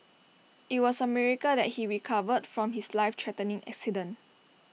IT was A miracle that he recovered from his life threatening accident